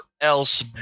else